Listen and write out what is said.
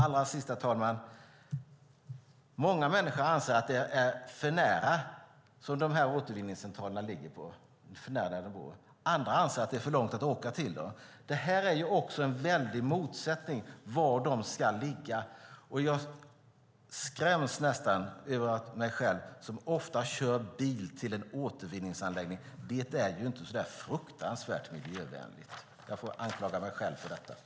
Allra sist, herr talman, vill jag säga att många anser att återvinningscentralerna ligger alldeles för nära deras bostad medan andra anser att det är för långt att åka till dem. Det finns en stor motsättning i var de ska ligga. Jag nästan skräms när jag tänker på mig själv, som ofta kör bil till en återvinningsanläggning. Det är inte så där väldigt miljövänligt. Jag får anklaga mig själv på den punkten.